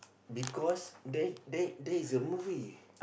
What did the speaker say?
because there there there is a movie